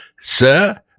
Sir